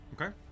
Okay